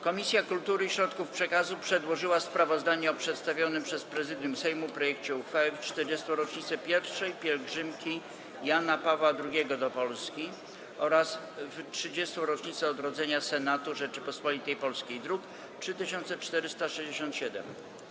Komisja Kultury i Środków Przekazów przedłożyła sprawozdanie o przedstawionym przez Prezydium Sejmu projekcie uchwały w 40. rocznicę I pielgrzymki Jana Pawła II do Polski oraz w 30. rocznicę odrodzenia Senatu Rzeczypospolitej Polskiej, druk nr 3467.